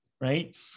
right